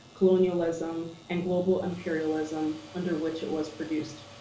colonialism, and global imperialism under which it was produced,